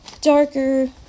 Darker